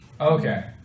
Okay